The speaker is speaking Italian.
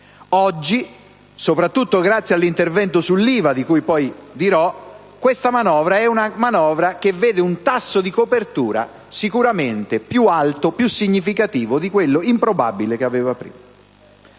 Oggi, soprattutto grazie all'intervento sull'IVA, di cui dirò, questa manovra vede un tasso di copertura sicuramente più alto e più significativo di quello improbabile che aveva prima.